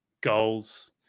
goals